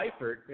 Eifert